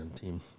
team